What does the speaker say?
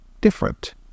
different